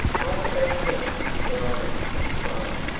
i protest, your honor, he cried,